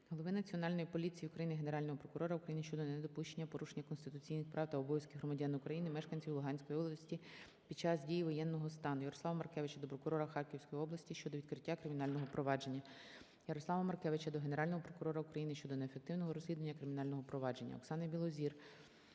голови Національної поліції України, Генерального прокурора України щодо недопущення порушення конституційних прав та обов'язків громадян України - мешканців Луганської області під час дії воєнного стану. Ярослава Маркевича до прокурора Харківської області щодо відкриття кримінального провадження. Ярослава Маркевича до Генерального прокурора України щодо неефективного розслідування кримінального провадження. Оксани Білозір